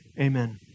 Amen